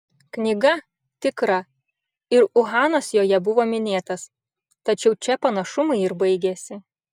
knyga tikra ir uhanas joje buvo minėtas tačiau čia panašumai ir baigiasi